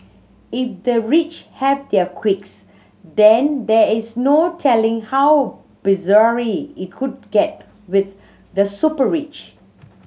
if the rich have their quirks then there is no telling how bizarre it could get with the super rich